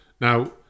Now